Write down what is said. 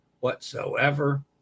Whatsoever